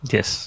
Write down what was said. Yes